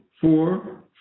four